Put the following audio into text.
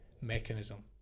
mechanism